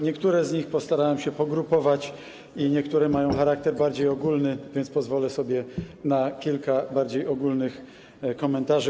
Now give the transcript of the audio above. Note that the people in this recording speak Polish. Niektóre z nich postarałem się pogrupować i niektóre mają charakter bardziej ogólny, więc pozwolę sobie również na kilka bardziej ogólnych komentarzy.